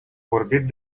vorbit